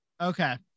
Okay